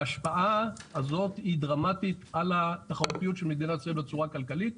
ההשפעה הזאת היא דרמטית על התחרותיות של מדינת ישראל בצורה כלכלית,